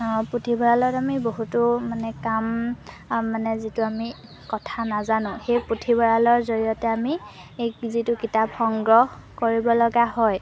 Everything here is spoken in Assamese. পুথিভঁৰালত আমি বহুতো মানে কাম মানে যিটো আমি কথা নাজানো সেই পুথিভঁৰালৰ জৰিয়তে আমি এই যিটো কিতাপ সংগ্ৰহ কৰিব লগা হয়